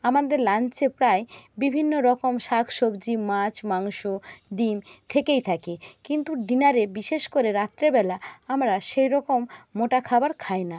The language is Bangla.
আমাদের লাঞ্চে প্রায় বিভিন্ন রকম শাক সবজি মাছ মাংস ডিম থেকেই থাকে কিন্তু ডিনারে বিশেষ করে রাত্রেবেলা আমরা সেই রকম মোটা খাবার খাই না